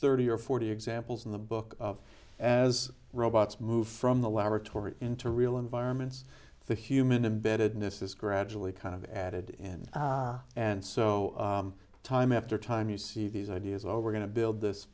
thirty or forty examples in the book of as robots moved from the laboratory into real environments the human embeddedness is gradually kind of added in and so time after time you see these ideas over going to build this